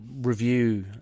review